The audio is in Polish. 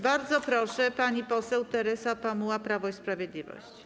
Bardzo proszę, pani poseł Teresa Pamuła, Prawo i Sprawiedliwość.